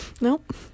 Nope